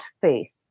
faith